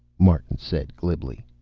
martin said glibly.